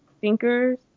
thinkers